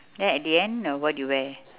then at the end what you wear